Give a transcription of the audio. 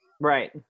Right